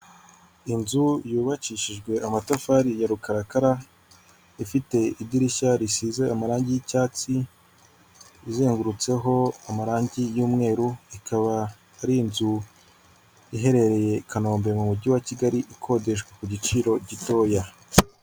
Inzu yubakishijwe amatafari ya rukarakara, ifite idirishya risize amarangi y'icyatsi, izengurutseho amarangi y'umweru, ikaba ar'inzu iherereye i Kanombe mu mujyi wa Kigali ikodeshwa ku giciro gitoya.